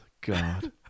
God